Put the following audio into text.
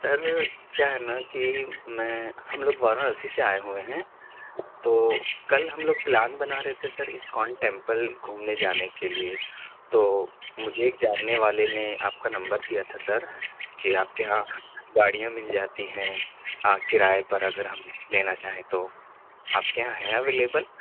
سر کیا ہے نہ کہ میں ہم لوگ وارانسی سے آئے ہوئے ہیں تو کل ہم لوگ پلان بنا رہے تھے سر اسکان ٹیمپل گھومنے جانے کے لیے تو مجھے ایک جاننے والے نے آپ کا نمبر دیا تھا سر کہ آپ کے یہاں گاڑیاں مل جاتی ہیں آ کرایے پر اگر ہم لینا چاہیں تو آپ کے یہاں ہیں اویلیبل